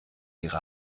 ihre